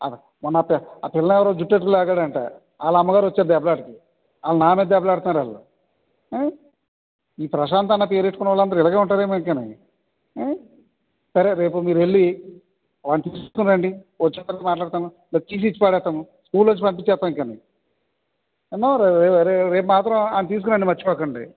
మొన్న ఆ పి ఆ పిల్లని ఎవరో జుట్టు పట్టుకొని లాగడంట వాళ్ళ అమ్మగారు వచ్చారు దెబ్బలాటకి వాళ్ళు నా మీద దెబ్బలాతున్నారు వాళ్ళు ఈ ప్రశాంత్ అన్న పేరు పెట్టుకున్నవాళ్ళు అందరూ ఇలాగే ఉంటారేమో ఇంకా నీ సరే రేపు మీరు వెళ్ళి వాడిని తీసుకొని రండి వచ్చిన తరువాత మాట్లాడతాను లేకపోతే కీలు విరిచి పారేస్తాను స్కూల్లో నుంచి పంపించేస్తాము ఇంకాని రే రే రేపు మాత్రం వాడిని తీసుకురండి మరచిపోకండి